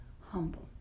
humble